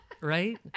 right